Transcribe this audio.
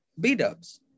B-dubs